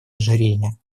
ожирения